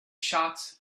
shots